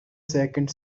second